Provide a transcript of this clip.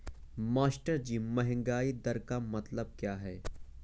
मास्टरजी महंगाई दर का मतलब क्या है?